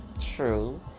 True